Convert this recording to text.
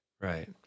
right